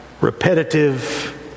repetitive